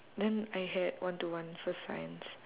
then I had one to one for science